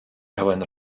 pełen